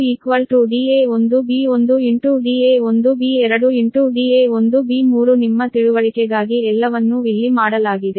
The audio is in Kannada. ಆದ್ದರಿಂದ Deq da1b1 da1b2 da1b3 ನಿಮ್ಮ ತಿಳುವಳಿಕೆಗಾಗಿ ಎಲ್ಲವನ್ನೂ ಇಲ್ಲಿ ಮಾಡಲಾಗಿದೆ